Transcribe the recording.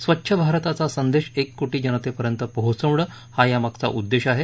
स्वच्छ भारताचा संदेश एक कोटी जनतेपर्यंत पोहोचवणं हा यामागचा उद्देश आहे